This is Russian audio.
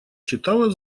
читала